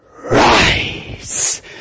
rise